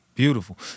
Beautiful